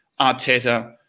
Arteta